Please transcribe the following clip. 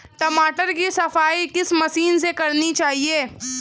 टमाटर की सफाई किस मशीन से करनी चाहिए?